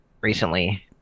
Recently